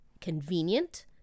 convenient